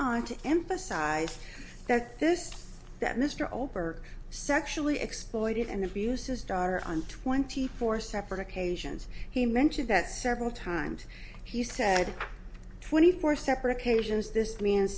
on to emphasize that this that mr oberg sexually exploited and abused his daughter on twenty four separate occasions he mentioned that several times he said twenty four separate occasions this mean